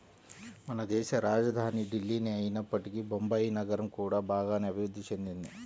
మనదేశ రాజధాని ఢిల్లీనే అయినప్పటికీ బొంబాయి నగరం కూడా బాగానే అభిరుద్ధి చెందింది